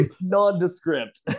nondescript